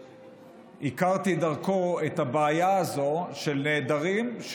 והכרתי דרכו את הבעיה הזאת של נעדרים.